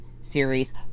series